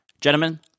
gentlemen